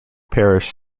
parish